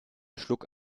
schluck